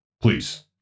Please